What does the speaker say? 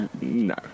No